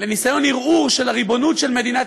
לניסיון ערעור של הריבונות של מדינת